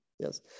Yes